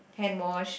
hand wash